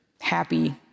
happy